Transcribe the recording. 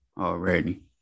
already